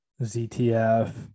ZTF